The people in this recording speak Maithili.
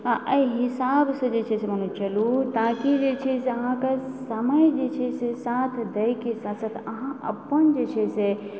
अहाँ अइ हिसाबसँ जे छै से मने चलु ताकि जे छै से अहाँके समय जे छै से साथ दैके अहाँ अपन जे छै से